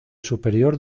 superior